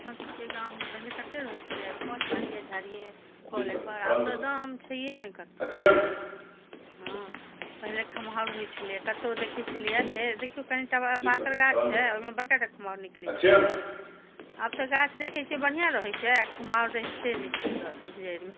हमरसबके गाँवमे पहिने कते रहै छलैया अरीकोच बाड़िये झाड़िये कऽले पर आब तऽ एकदम छैहे नहि कतौ किछु हँ पहिले खमहाउर होइ छलैया कतौ देखै छलिया तऽ हे देखियौ कनीटा पातर गाछ छै ओहिमे बड़काटा खमहाउर निकलै छलैया आब तऽ गाछ देखै छियै बढ़िऑं रहै छै आ खमहाउर रहिते नहि छै जड़ि मे